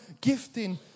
gifting